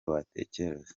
watekereza